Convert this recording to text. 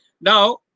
Now